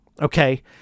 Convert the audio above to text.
Okay